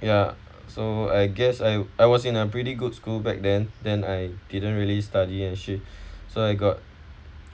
ya so I guess I I was in a pretty good school back then then I didn't really study and she so I got